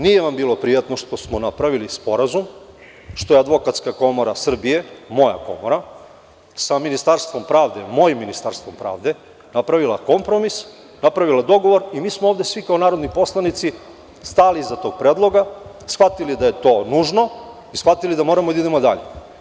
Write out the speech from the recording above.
Nije vam bilo prijatno što smo napravili sporazum, što je Advokatska komora Srbije, moja komora, sa Ministarstvom pravde, mojim Ministarstvom pravde, napravila kompromis, dogovor i mi smo svi ovde, kao narodni poslanici, stali iza tog predloga, shvatili da je to nužno i da moramo da idemo dalje.